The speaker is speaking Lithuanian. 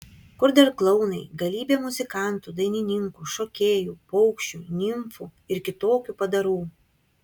kur dar klounai galybė muzikantų dainininkų šokėjų paukščių nimfų ir kitokių padarų